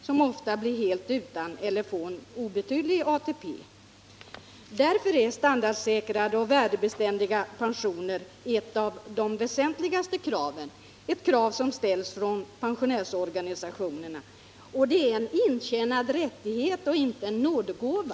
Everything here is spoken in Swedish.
De blir ofta helt utan eller får en obetydlig ATP. Därför är standardsäkrade och värdebeständiga pensioner ett av de väsentligaste kraven. Det är ett krav som ställs av pensionärsorganisationerna, och det är fråga om en intjänad rättighet och inte en nådegåva.